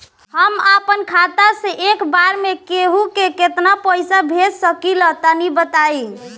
हम आपन खाता से एक बेर मे केंहू के केतना पईसा भेज सकिला तनि बताईं?